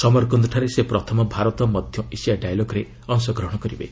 ସମରକନ୍ଦଠାରେ ସେ ପ୍ରଥମ ଭାରତ ମଧ୍ୟ ଏସିଆ ଡାଇଲଗରେ ଅଂଶଗ୍ରହଣ କରିବେ